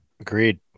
agreed